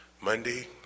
Monday